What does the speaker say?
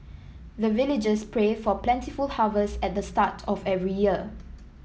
the villagers pray for plentiful harvest at the start of every year